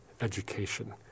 education